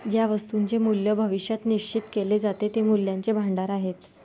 ज्या वस्तूंचे मूल्य भविष्यात निश्चित केले जाते ते मूल्याचे भांडार आहेत